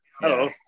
hello